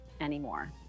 anymore